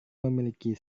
memiliki